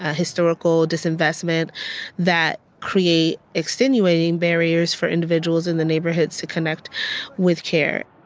ah historical disinvestment that create extenuating barriers for individuals in the neighbourhoods to connect with care.